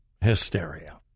hysteria